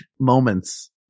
moments